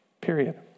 period